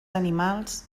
animals